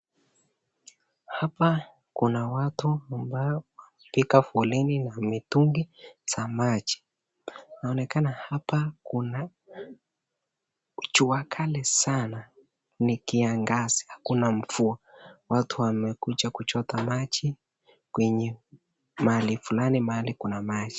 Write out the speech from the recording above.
Hapa kuna watu ambao wamepuga foleni na mitungi za maji, inaonekana hapa kuna jua kali sana, ni kiangazi, hakuna mvua, watu wamekuja kuchota maji kwenye mahali fulani mahali kuna maji.